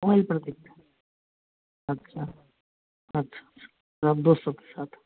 वहीं पर कुछ अच्छा अच्छा लगभग सब के साथ